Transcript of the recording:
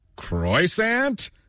Croissant